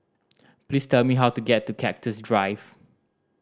please tell me how to get to Cactus Drive